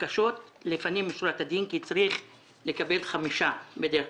לפנים משורת הדין, כי צריך לקבל חמש מהן.